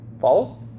Follow